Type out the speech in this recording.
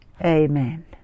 amen